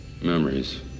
Memories